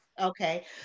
Okay